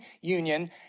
union